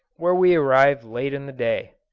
where we arrived late in the day.